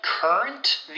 Current